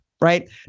right